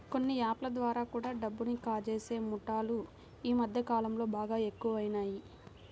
కొన్ని యాప్ ల ద్వారా కూడా డబ్బుని కాజేసే ముఠాలు యీ మద్దె కాలంలో బాగా ఎక్కువయినియ్